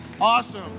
awesome